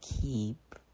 keep